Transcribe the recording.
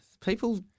people